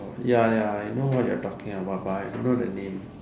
ya ya I know what you're talking about but I don't know the name